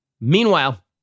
Meanwhile